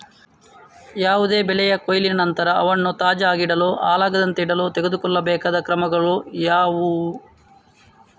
ಯಾವುದೇ ಬೆಳೆಯ ಕೊಯ್ಲಿನ ನಂತರ ಅವನ್ನು ತಾಜಾ ಆಗಿಡಲು, ಹಾಳಾಗದಂತೆ ಇಡಲು ತೆಗೆದುಕೊಳ್ಳಬೇಕಾದ ಕ್ರಮಗಳು ಯಾವುವು?